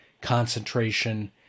concentration